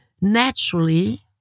naturally